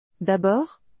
D'abord